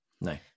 No